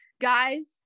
guys